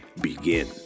begin